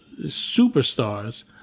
superstars